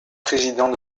président